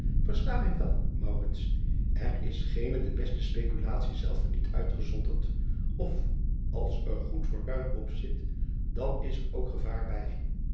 versta mij wel er is geene de beste speculatie zelve niet uitgezonderd of als er goed fortuin op zit dan is er ook gevaar bij